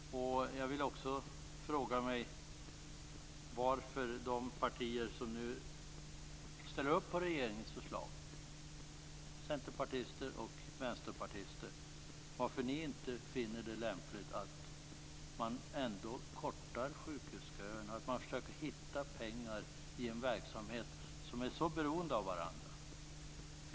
Jag vill också fråga varför de som nu ställer upp på regeringens förslag, centerpartister och vänsterpartister, inte finner det lämpligt att man kortar sjukhusköerna, att man försöker hitta pengar till verksamheter som är så beroende av varandra.